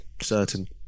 certain